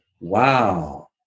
wow